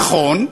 נכון,